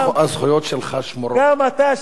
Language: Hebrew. כשהיית באולם הצבעת על הצעת החוק שלי,